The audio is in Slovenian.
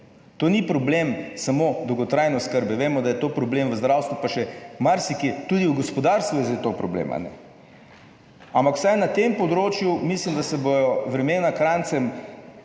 to ni problem samo dolgotrajne oskrbe. Vemo, da je to problem v zdravstvu pa še marsikje, tudi v gospodarstvu je zdaj to problem, ampak vsaj na tem področju mislim, da se bodo vremena Kranjcem